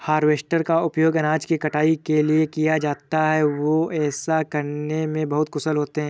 harvester का उपयोग अनाज की कटाई के लिए किया जाता है, वे ऐसा करने में बहुत कुशल होते हैं